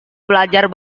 belajar